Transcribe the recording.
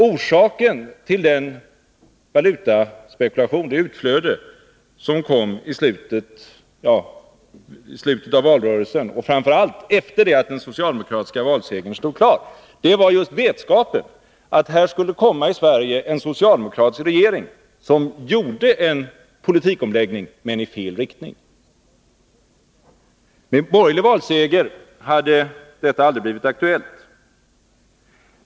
Orsaken till valutautflödet i slutet av valrörelsen och framför allt efter det att socialdemokraternas valseger stod klar var just vetskapen att vi skulle få en socialdemokratisk regering. Den gjorde en omläggning av politiken, men i fel riktning. Med en borgerlig valseger hade detta aldrig blivit aktuellt.